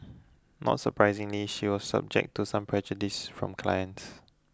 not surprisingly she was subject to some prejudice from clients